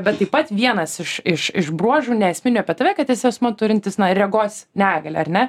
bet taip pat vienas iš iš iš bruožų neesminių apie tave kad esi asmuo turintis regos negalią ar ne